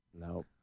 No